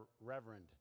reverend